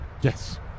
Yes